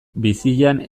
bizian